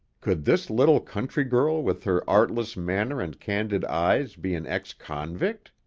could this little country girl with her artless manner and candid eyes be an ex-convict?